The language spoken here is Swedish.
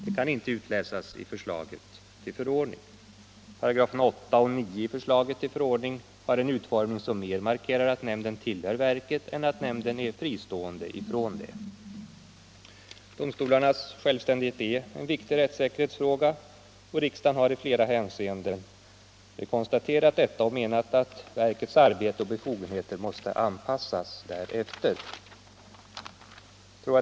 Detta kan inte utläsas i förslaget till förordning. Paragraferna 8 och 9 i förslaget till förordning för tjänsteförslagsnämnden har en utformning, som mer markerar att nämnden tillhör verket än att nämnden är fristående från det. Domstolarnas självständighet är en viktig rättssäkerhetsfråga, och riksdagen har i flera hänseenden konstaterat detta och menat att domstolsverkets arbete och befogenheter måste avpassas därefter.